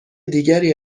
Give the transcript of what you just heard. دیگری